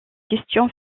question